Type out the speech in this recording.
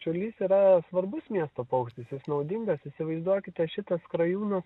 čiurlys yra svarbus miesto paukštis jis naudingas įsivaizduokite šitas skrajūnas